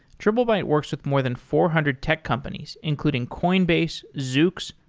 triplebyte works with more than four hundred tech companies, including coinbase, zooks,